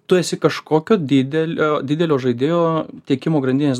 tu esi kažkokio didelio didelio žaidėjo tiekimo grandinės